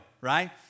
right